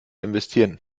investieren